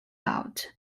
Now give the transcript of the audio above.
out